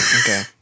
Okay